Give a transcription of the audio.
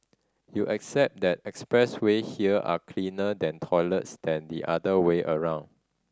you accept that expressway here are cleaner than toilets than the other way around